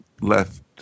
left